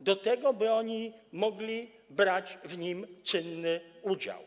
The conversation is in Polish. do tego, by mogli oni brać w nim czynny udział.